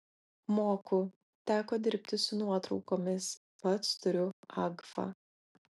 moku teko dirbti su nuotraukomis pats turiu agfa